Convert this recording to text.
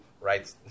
right